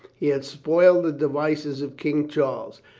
he had spoiled the devices of king charles.